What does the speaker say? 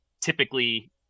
typically